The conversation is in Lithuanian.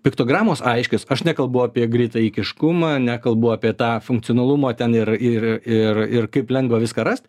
piktogramos aiškios aš nekalbu apie greitaeigiškumą nekalbu apie tą funkcionalumą ten ir ir ir ir kaip lengva viską rast